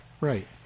Right